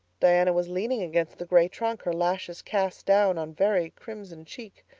diana was leaning against the gray trunk, her lashes cast down on very crimson cheeks.